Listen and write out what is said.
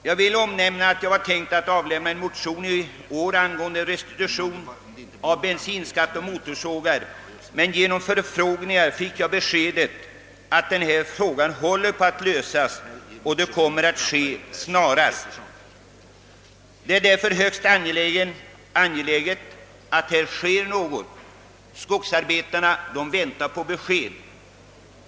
Jag vill nämna att jag tänkt avlämna en motion i år angående restitution av bensinskatt å motorsågar, men vid förfrågningar har jag fått beskedet, att den här frågan håller på att behandlas och att den kommer att lösas snarast möjligt. Det är högst angeläget att något sker, ty skogsarbetarna väntar på besked.